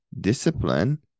discipline